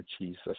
Jesus